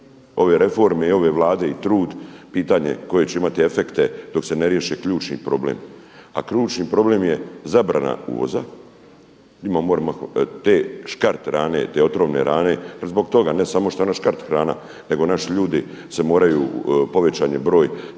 ove reforme i ove Vlade i trud pitanje koje će imati efekte dok se ne riješi ključni problem. A ključni problem je zabrana uvoza. Njima moramo te škart hrane, te otrovne hrane zbog toga ne samo što je ona škart hrana, nego naši ljudi se moraju povećan je broj